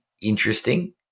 interesting